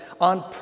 on